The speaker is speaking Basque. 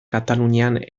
katalunian